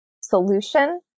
solution